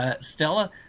Stella